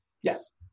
Yes